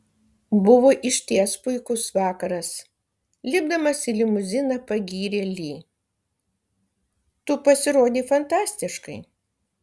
buvo išties puikus vakaras lipdamas į limuziną pagyrė li tu pasirodei fantastiškai